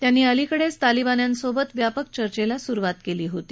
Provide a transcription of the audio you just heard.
त्यांनी अलीकडेच तालिबान्यांसोबत व्यापक चर्चेला सुरुवात केली होती